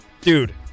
Dude